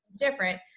different